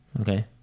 Okay